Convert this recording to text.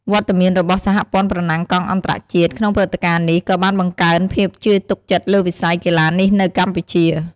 វត្តមានរបស់ សហព័ន្ធប្រណាំងកង់អន្តរជាតិ ក្នុងព្រឹត្តិការណ៍នេះក៏បានបង្កើនភាពជឿទុកចិត្តលើវិស័យកីឡានេះនៅកម្ពុជា។